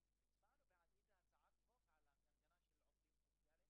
האלימים מקרב אלה שמקבלים את השירות גבוה.